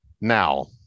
Now